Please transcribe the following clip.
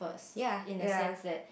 ya ya